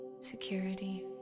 security